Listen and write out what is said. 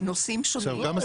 נושאים שונים והוועדה תיענה.